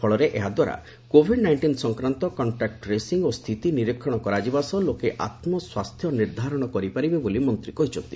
ଫଳରେ ଏହାଦ୍ୱାରା Covid nineteen ସଂକ୍ରାନ୍ତ କଣ୍ଟାକ୍ଟ ଟ୍ରେସି ଓ ସ୍ଥିତି ନିରୀକ୍ଷଣ କରାଯିବା ସହ ଲୋକେ ଆତ୍କ ସ୍ୱାସ୍ଥ୍ୟ ନିର୍ଦ୍ଦାରଣ କରିପାରିବେ ବୋଲି ମନ୍ତ୍ରୀ କହିଛନ୍ତି